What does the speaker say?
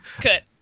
Good